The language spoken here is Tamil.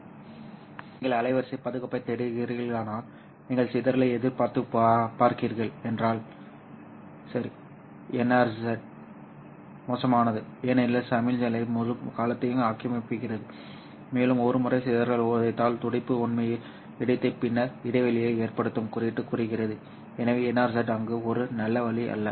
எனவே நீங்கள் அலைவரிசை பாதுகாப்பைத் தேடுகிறீர்களானால் நீங்கள் சிதறலை எதிர்த்துப் பார்க்கிறீர்கள் என்றால் NRZ மோசமானது ஏனெனில் சமிக்ஞை முழு காலத்தையும் ஆக்கிரமிக்கிறது மேலும் ஒரு முறை சிதறல் உதைத்தால் துடிப்பு உண்மையில் வெடித்து பின்னர் இடைவெளியை ஏற்படுத்தும் குறியீட்டு குறுக்கீடு எனவே NRZ அங்கு ஒரு நல்ல வழி அல்ல